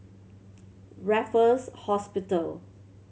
Raffles Hospital